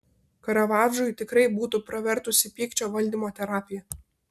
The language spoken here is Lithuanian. karavadžui tikrai būtų pravertusi pykčio valdymo terapija